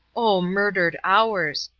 oh, murdered hours!